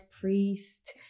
priest